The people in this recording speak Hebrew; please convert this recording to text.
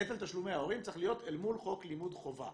נטל תשלומי ההורים צריך להיות אל מול חוק לימוד חובה.